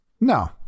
No